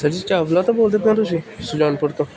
sir ji Chawla ਤੋਂ ਬੋਲਦੇ ਪਏ ਹੋ ਤੁਸੀਂ ਸੁਜਾਨਪੁਰ ਤੋਂ